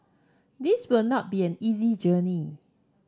this will not be an easy journey